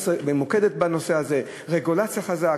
בנושא הזה: רגולציה חזקה,